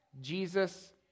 Jesus